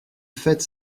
fête